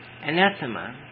Anathema